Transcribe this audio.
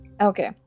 Okay